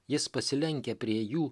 jis pasilenkia prie jų